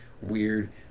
weird